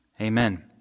Amen